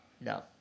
No